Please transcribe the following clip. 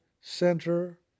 center